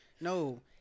no